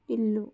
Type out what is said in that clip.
ఇల్లు